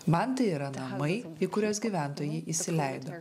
man tai yra namai į kuriuos gyventojai įsileido